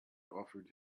offered